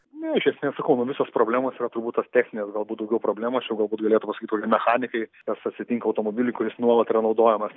ne iš esmės sakau nu visos problemos yra turbūt tos techninės galbūt daugiau problemos čia jau galbūt galėtų pasakyt kokie mechanikai kas atsitinka automobiliui kuris nuolat yra naudojamas